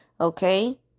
Okay